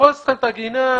הורס לכם את הגינה,